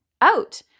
out